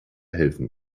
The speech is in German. helfen